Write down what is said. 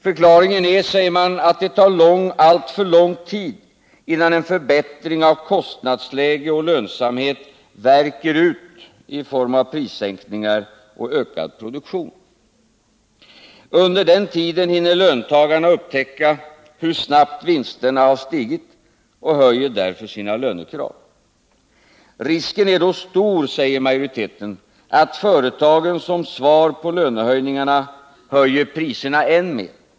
Förklaringen är, säger man, att det tar alltför lång tid, innan en förbättring av kostnadsläge och lönsamhet ”värker ut” i form av prissänkningar och ökad produktion. Under den tiden hinner löntagarna upptäcka hur snabbt vinsterna stigit och höjer därför sina lönekrav. Risken är då stor, säger majoriteten, att företagen som svar på lönehöjningarna höjer priserna än mer.